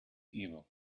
evil